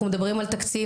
אנחנו מדברים פה על תקציב.